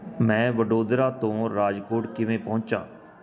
ਮੈਂ ਵਡੋਦਰਾ ਤੋਂ ਰਾਜਕੋਟ ਕਿਵੇਂ ਪਹੁੰਚਾਂ